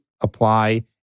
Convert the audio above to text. apply